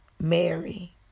Mary